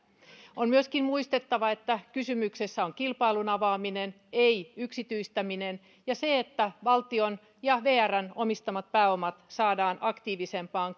on myöskin muistettava että kysymyksessä on kilpailun avaaminen ei yksityistäminen ja se että valtion ja vrn omistamat pääomat saadaan aktiivisempaan